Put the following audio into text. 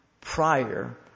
prior